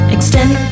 Extend